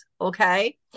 okay